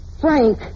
Frank